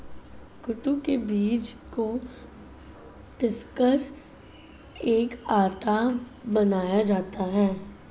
कूटू के बीज को पीसकर एक आटा बनाया जाता है